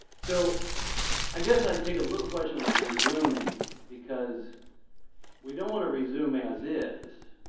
so i guess i take a little question with resuming because we don't want to resume as is,